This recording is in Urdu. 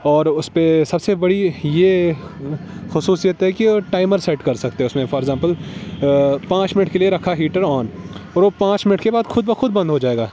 اور اس پہ سب سے بڑی یہ خصوصیت ہے کہ وہ ٹائمر کر سکتے ہیں اس میں فور اکزامپل پانچ منٹ کے لیے رکھا ہیٹر اون اور وہ پانچ منٹ کے بعد خود بخود بند ہو جائے گا